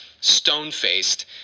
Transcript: Stone-faced